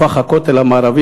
הפך הכותל המערבי,